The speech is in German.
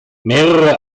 mehrere